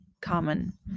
common